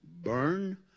Burn